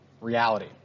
reality